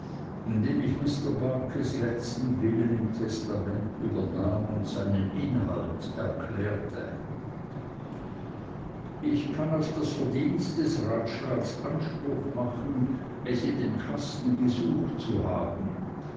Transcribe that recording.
indem ich mr barkis letzten willen im testament übernahm und seinen inhalt erklärte ich kann auf das verdienst des ratschlags anspruch machen es in dem kasten gesucht zu haben